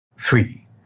Three